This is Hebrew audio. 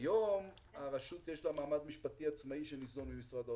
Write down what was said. היום לרשות יש מעמד משפטי עצמאי שניזון ממשרד האוצר,